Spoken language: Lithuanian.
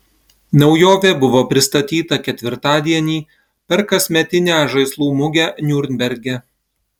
naujovė buvo pristatyta ketvirtadienį per kasmetinę žaislų mugę niurnberge